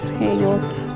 Ellos